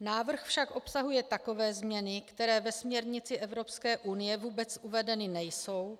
Návrh však obsahuje takové změny, které ve směrnici Evropské unie vůbec uvedeny nejsou